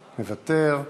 מוותר,